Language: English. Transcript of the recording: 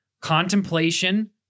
contemplation